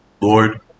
Lord